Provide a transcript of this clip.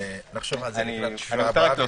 נחשוב על זה לישיבה הבאה.